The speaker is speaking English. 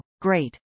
great